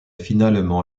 finalement